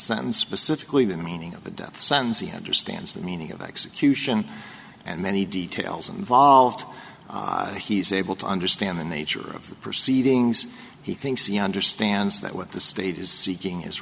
sentence specifically the meaning of the death sentence he understands the meaning of execution and many details involved he's able to understand the nature of the proceedings he thinks she understands that what the state is seeking is